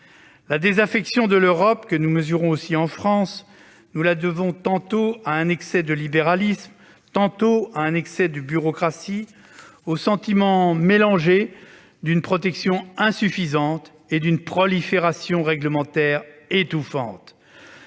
La désaffection à l'égard de l'Europe, que nous mesurons aussi en France, nous la devons tantôt à un excès de libéralisme, tantôt à un excès de bureaucratie, c'est-à-dire au sentiment mélangé d'une protection insuffisante et d'une prolifération réglementaire étouffante.